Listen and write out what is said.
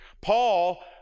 Paul